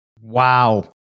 Wow